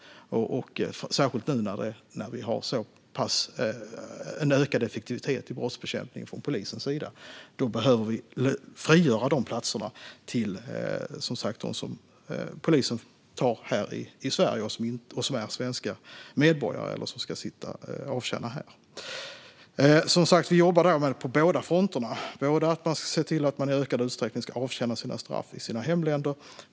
Särskilt nu när vi har en ökad effektivitet i brottsbekämpningen från polisens sida behöver vi frigöra dessa platser för dem som polisen tar här i Sverige, som är svenska medborgare och som ska avtjäna straffen här. Vi jobbar på båda fronterna. Vi ska se till att de som döms i ökad utsträckning ska avtjäna straffen i hemländerna.